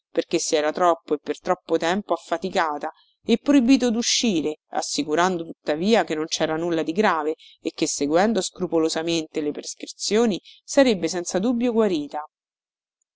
perché si era troppo e per troppo tempo affaticata e proibito duscire assicurando tuttavia che non cera nulla di grave e che seguendo scrupolosamente le prescrizioni sarebbe senza dubbio guarita